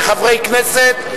כחברי כנסת,